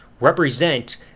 represent